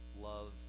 love